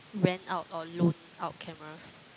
rent out or loan out cameras